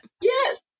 Yes